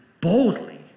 boldly